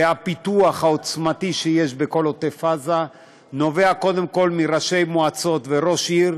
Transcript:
והפיתוח העוצמתי שיש בכל עוטף עזה נובע קודם כול מראשי מועצות וראש עיר